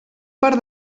per